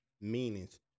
meanings